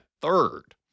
third